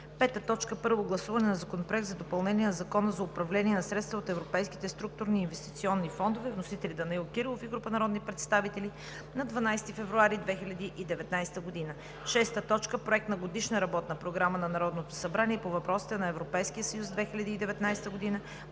2019 г. 5. Първо гласуване на Законопроекта за допълнение на Закона за управление на средствата от европейските структурни и инвестиционни фондове. Вносители: Данаил Кирилов и група народни представители, 12 февруари 2019 г. 6. Проект на Годишна работна програма на Народното събрание по въпросите на Европейския съюз (2019 г.).